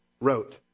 wrote